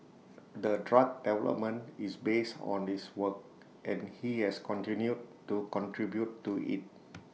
the drug development is based on his work and he has continued to contribute to IT